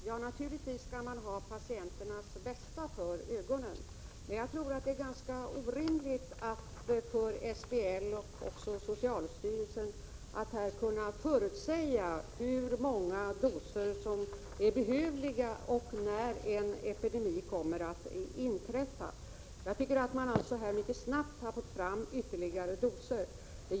Herr talman! Man skall naturligtvis ha patienternas bästa för ögonen, men det är ganska orimligt att SBL och socialstyrelsen skall kunna förutsäga hur många doser som behövs och när en epidemi kommer att inträffa. Ytterligare doser har mycket snabbt tagits fram.